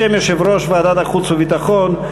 בשם יושב-ראש ועדת החוץ והביטחון,